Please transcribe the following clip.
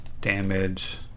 Damage